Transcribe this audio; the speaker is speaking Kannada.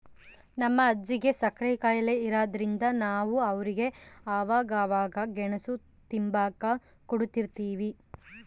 ನಮ್ ಅಜ್ಜಿಗೆ ಸಕ್ರೆ ಖಾಯಿಲೆ ಇರಾದ್ರಿಂದ ನಾವು ಅವ್ರಿಗೆ ಅವಾಗವಾಗ ಗೆಣುಸು ತಿಂಬಾಕ ಕೊಡುತಿರ್ತೀವಿ